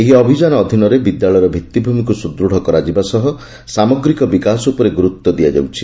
ଏହି ଅଭିଯାନ ଅଧୀନରେ ବିଦ୍ୟାଳୟର ଭିଭିମିକୁ ସୁଦୃତ୍ କରାଯିବା ସହ ସାମଗ୍ରିକ ବିକାଶ ଉପରେ ଗୁରୁତ୍ ଦିଆଯାଉଛି